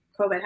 COVID